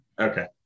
Okay